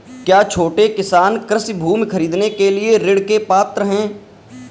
क्या छोटे किसान कृषि भूमि खरीदने के लिए ऋण के पात्र हैं?